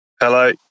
Hello